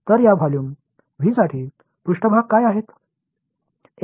तर या व्हॉल्यूम व्हीसाठी पृष्ठभाग काय आहेत